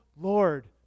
Lord